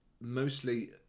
mostly